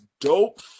dope